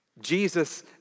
Jesus